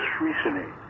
recently